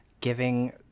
giving